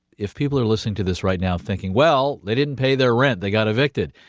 if people are listening to this right now thinking, well they didn't pay their rent, they got evicted.